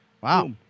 Wow